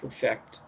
perfect